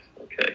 Okay